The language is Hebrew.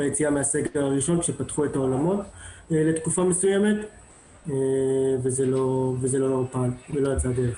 ביציאה מהסגר הראשון כשפתחו את האולמות לתקופה מסוימת וזה לא יצא לדרך.